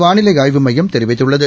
வானிலை ஆய்வு மையம் தெரிவித்துள்ளது